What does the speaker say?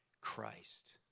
Christ